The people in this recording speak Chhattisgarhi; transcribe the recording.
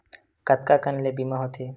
कतका कन ले बीमा होथे?